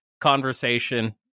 conversation